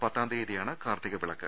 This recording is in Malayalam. പത്താം തീയതിയാണ് കാർത്തിക വിളക്ക്